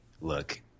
look